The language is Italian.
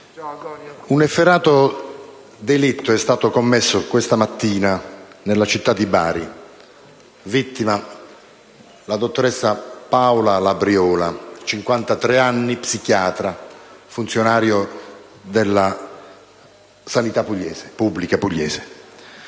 un efferato delitto è stato commesso questa mattina nella città di Bari. Vittima la dottoressa Paola Labriola, 53 anni, psichiatra, funzionario della sanità pubblica pugliese.